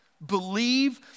believe